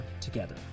together